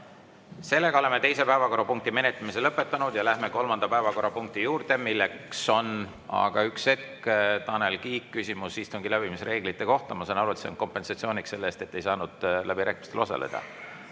toetust. Oleme teise päevakorrapunkti menetlemise lõpetanud. Läheme kolmanda päevakorrapunkti juurde, mis on … Üks hetk! Tanel Kiik, küsimus istungi läbiviimise reeglite kohta. Ma saan aru, et see on kompensatsiooniks selle eest, et te ei saanud läbirääkimistel osaleda.